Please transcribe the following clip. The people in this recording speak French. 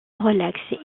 relaxe